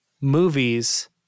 movies